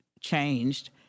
changed